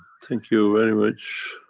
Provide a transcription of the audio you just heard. thank you very much.